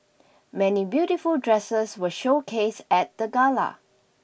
many beautiful dresses were showcased at the gala